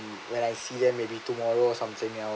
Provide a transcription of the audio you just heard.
when I see them maybe tomorrow or something else